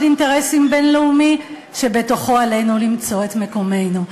אינטרסים בין-לאומי שבתוכו עלינו למצוא את מקומנו.